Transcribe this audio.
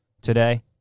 today